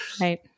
Right